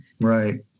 Right